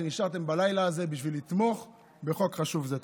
על שנשארתם בלילה הזה בשביל לתמוך בחוק חשוב זה.